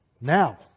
now